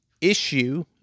issue